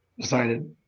decided